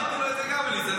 גם אני אמרתי לו את זה.